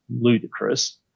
ludicrous